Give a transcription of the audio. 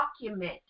document